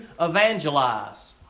evangelize